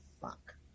fuck